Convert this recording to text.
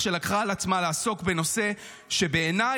שלקחה על עצמה לעסוק בנושא שבעיניי,